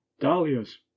Dahlias